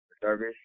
service